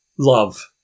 Love